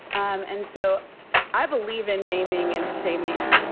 um and so i believe in naming and shaming.